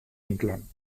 inclán